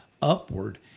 Upward